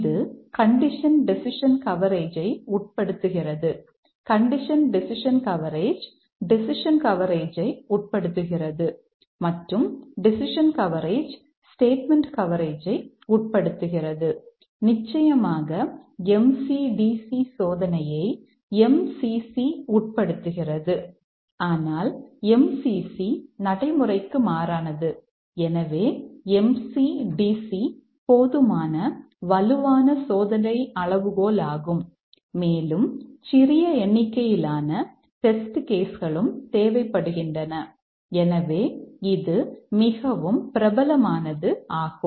இது condition decision கவரேஜைக் களும் தேவைப்படுகின்றன எனவே இது மிகவும் பிரபலமானது ஆகும்